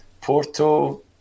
Porto